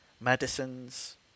medicines